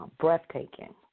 breathtaking